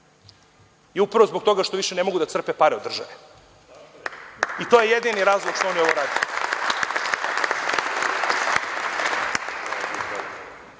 je upravo zbog toga što više ne mogu da crpe pare od države i to je jedini razlog što oni ovo rade. Ne